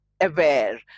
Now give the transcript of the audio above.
aware